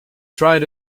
tried